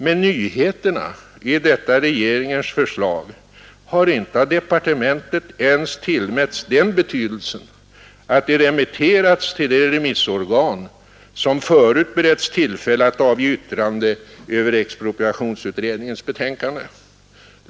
Men nyheterna i detta regeringens förslag har inte av departementet ens tillmätts den betydelsen att de remitterats till de remissorgan som förut beretts tillfälle att avge yttrande över expropriationsutredningens betänkande.